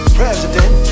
president